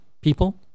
people